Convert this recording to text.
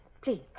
please